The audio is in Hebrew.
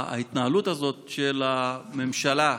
ההתנהלות הזאת של הממשלה,